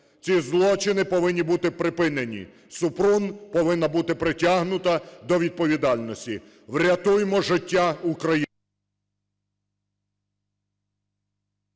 Ці злочини повинні бути припинені. Супрун повинна бути притягнута до відповідальності. Врятуймо життя українців!